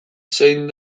zein